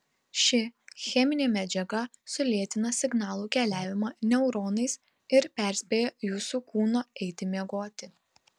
ši cheminė medžiaga sulėtina signalų keliavimą neuronais ir perspėja jūsų kūną eiti miegoti